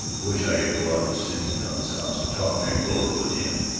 wish i could go out to senny doane's house and talk things over with him.